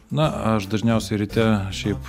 na aš dažniausiai ryte šiaip